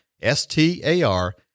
S-T-A-R